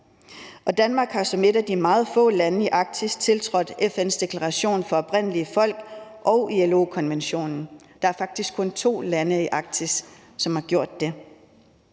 Danmark har som et af de meget få lande i Arktis tiltrådt FN's deklaration for oprindelige folk og ILO-konventionen. Der er faktisk kun to lande i Arktis, som har gjort det.